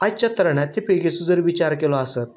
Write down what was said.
आयच्या तरणाटी पिळगेचो जर विचार केलो आसत